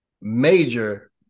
major